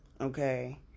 Okay